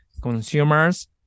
consumers